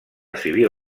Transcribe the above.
civil